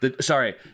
sorry